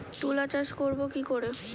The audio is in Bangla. তুলা চাষ করব কি করে?